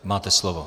Máte slovo.